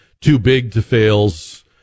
too-big-to-fails